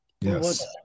Yes